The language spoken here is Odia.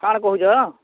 କାଣା କହୁଚ